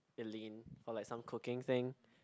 Eileen for like some cooking thing